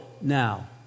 now